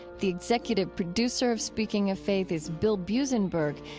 the executive producer of speaking of faith is bill buzenberg.